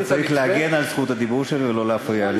אתה צריך להגן על זכות הדיבור שלי ולא להפריע לי.